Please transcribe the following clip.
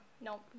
Nope